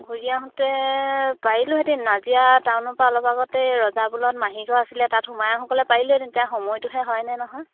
ঘূৰি আহোঁতে পাৰিলোহেঁতেন নাজিয়া টাউনৰপৰা অলপ আগত এই ৰজাবুলত মাহী ঘৰ আছিলে তাত সোমাই আহোঁ ক'লে পাৰিলোঁহেঁতেনে এতিয়া সময়টোহে হয়নে নহয়